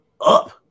up